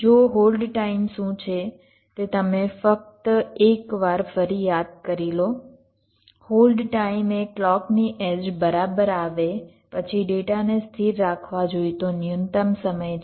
જુઓ hold time શું છે તે તમે ફક્ત એક વાર ફરી યાદ કરી લો હોલ્ડ ટાઈમ એ ક્લૉકની એડ્જ બરાબર આવે પછી ડેટાને સ્થિર રાખવા જોઈતો ન્યૂનતમ સમય છે